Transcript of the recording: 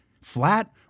Flat